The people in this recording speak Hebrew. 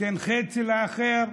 ייתן חצי לאחר,